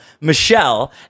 Michelle